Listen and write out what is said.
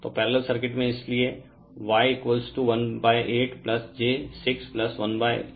तो parallel circuit में इसलिए Y18 j 6 1834 j XC है